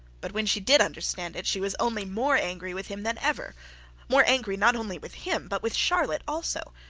but when she did understand it, she was only more angry with him than ever more angry, not only with him, but with charlotte also.